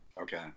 okay